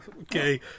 Okay